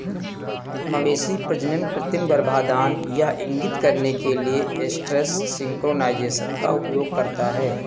मवेशी प्रजनन कृत्रिम गर्भाधान यह इंगित करने के लिए एस्ट्रस सिंक्रोनाइज़ेशन का उपयोग करता है